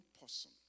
person